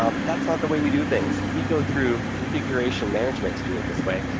um but that's not the way we do things. we go through configuration management to do it this way,